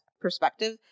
perspective